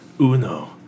uno